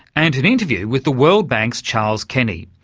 and an interview with the world bank's charles kenny,